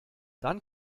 dann